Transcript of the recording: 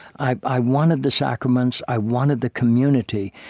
i i wanted the sacraments. i wanted the community.